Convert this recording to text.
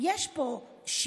יש פה שיטה